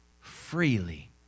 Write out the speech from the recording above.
freely